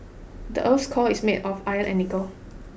the earth's core is made of iron and nickel